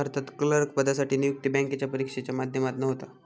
भारतात क्लर्क पदासाठी नियुक्ती बॅन्केच्या परिक्षेच्या माध्यमातना होता